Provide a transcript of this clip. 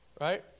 Right